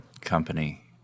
company